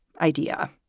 idea